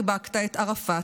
חיבקת את ערפאת,